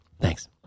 thanks